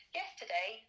yesterday